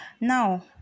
Now